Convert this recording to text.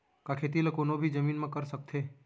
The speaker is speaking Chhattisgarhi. का खेती ला कोनो भी जमीन म कर सकथे?